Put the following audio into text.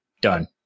Done